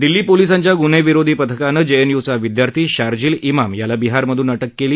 दिल्ली पोलिसांच्या गुन्हे विरोधी पथकानं जेएनयूचा विद्यार्थी शारजिल इमाम याला बिहारमधून अटक केली